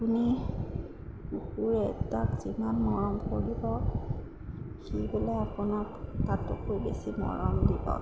আপুনি কুকুৰ এটাক যিমান মৰম কৰিব সি বোলে আপোনাক তাতোকৈ বেছি মৰম দিব